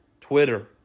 Twitter